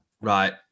right